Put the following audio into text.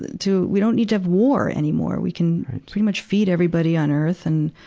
and to we don't need to have war anymore. we can pretty much feed everybody on earth and,